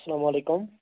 اسلامُ علیکُم